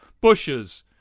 Bushes